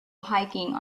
hiking